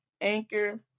Anchor